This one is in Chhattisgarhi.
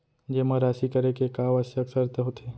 जेमा राशि करे के का आवश्यक शर्त होथे?